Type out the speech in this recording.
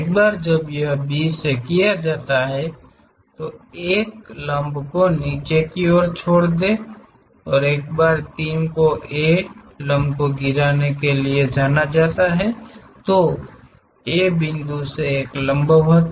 एक बार जब यह B से किया जाता है तो एक लंब को नीचे की और छोड़ दें एक बार 3 को A लंब को गिराने के लिए जाना जाता है A बिन्दु से एक लंबवत